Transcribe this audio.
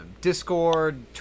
Discord